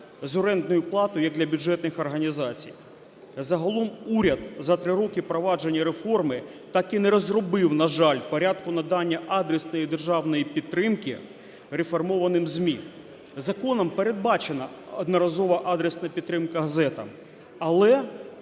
Законом передбачена одноразова адресна підтримка газетам, але